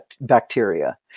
bacteria